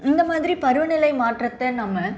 இந்த மாதிரி பருவநிலை மாற்றத்தை நம்ம